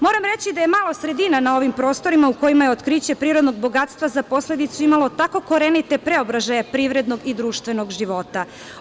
Moram reći da je malo sredina na ovim prostorima u kojima je otkriće prirodnog bogatstva za posledicu imalo tako korenite preobražaje privrednog i društvenog života.